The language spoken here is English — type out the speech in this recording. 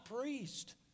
priest